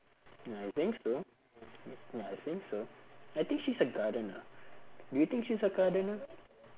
I think so ya I think so I think she's a gardener do you think she's a gardener